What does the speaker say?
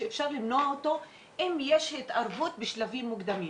שאפשר למנוע אותו אם יש התערבות בשלבים מוקדמים.